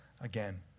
again